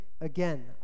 Again